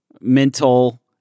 mental